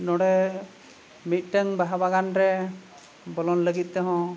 ᱱᱚᱸᱰᱮ ᱢᱤᱫᱴᱟᱝ ᱵᱟᱦᱟ ᱵᱟᱜᱟᱱ ᱨᱮ ᱵᱚᱞᱚᱱ ᱞᱟᱹᱜᱤᱫ ᱛᱮᱦᱚᱸ